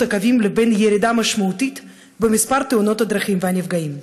הקווים לבין ירידה משמעותית במספר תאונות הדרכים והנפגעים.